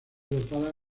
dotada